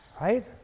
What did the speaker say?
Right